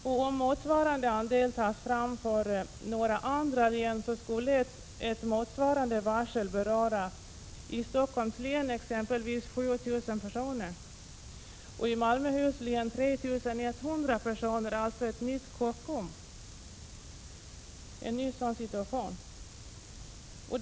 Om motsvarande andel tas fram för några andra län skulle ett motsvarande varsel exempelvis i Stockholms län beröra 7 000 personer. I Malmöhus län skulle det motsvara en ny Kockumssituation, ca 3 100 personer.